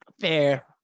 Fair